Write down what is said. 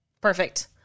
Perfect